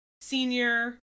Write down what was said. senior